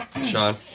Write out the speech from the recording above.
Sean